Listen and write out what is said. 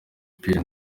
pierre